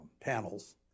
panels